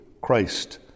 Christ